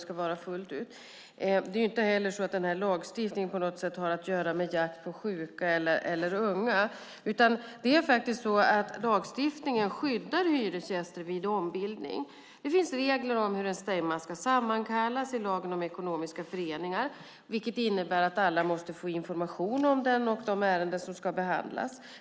Lagstiftningen har inte heller på något sätt att göra med jakt på sjuka eller unga. Lagstiftningen skyddar hyresgäster vid ombildning. I lagen om ekonomiska föreningar finns regler om hur en stämma ska sammankallas, vilket innebär att alla måste få information om den och de ärenden som ska behandlas.